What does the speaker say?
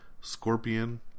Scorpion